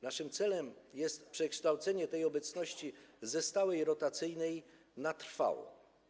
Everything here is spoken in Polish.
Naszym celem jest przekształcenie tej obecności ze stałej rotacyjnej na trwałą.